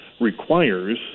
requires